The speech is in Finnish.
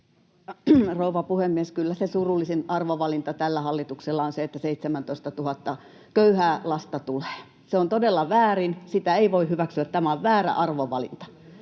rouva puhemies! Kyllä se surullisin arvovalinta tällä hallituksella on se, että tulee 17 000 köyhää lasta. Se on todella väärin, sitä ei voi hyväksyä, tämä on väärä arvovalinta.